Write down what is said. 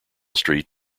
street